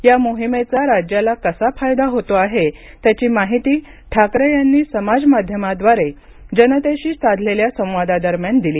या मोहिमेचा राज्याला कसा फायदा होतो आहे त्याची माहिती ठाकरे यांनी समाज माध्यमाद्वारे जनतेशी साधलेल्या संवादा दरम्यान दिली